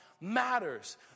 matters